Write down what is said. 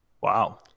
Wow